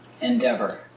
endeavor